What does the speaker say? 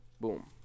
boom